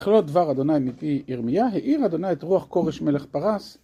לכלות דבר ה' מפי ירמיה, העיר ה' את רוח כרש מלך פרס